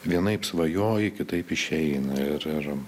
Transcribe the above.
vienaip svajoji kitaip išeina ir ir